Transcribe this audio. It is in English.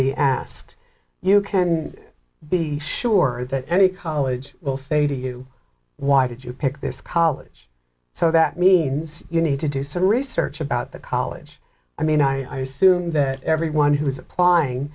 be asked you can be sure that any college will say to you why did you pick this college so that means you need to do some research about the college i mean i assume that everyone who is applying